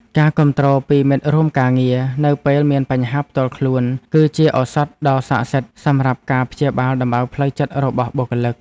ការគាំទ្រពីមិត្តរួមការងារនៅពេលមានបញ្ហាផ្ទាល់ខ្លួន គឺជាឱសថដ៏ស័ក្តិសិទ្ធិសម្រាប់ការព្យាបាលដំបៅផ្លូវចិត្តរបស់បុគ្គលិក។